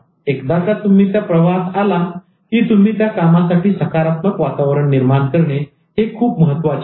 एकदा का तुम्ही त्या प्रवाहात आला की तुम्ही त्या कामासाठी सकारात्मक वातावरण निर्माण करणे हे खूप महत्त्वाचे आहे